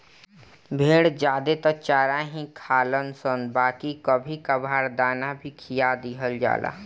भेड़ ज्यादे त चारा ही खालनशन बाकी कभी कभार दाना भी खिया दिहल जाला